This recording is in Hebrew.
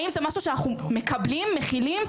האם זה משהו שאנחנו מקבלים, מכילים?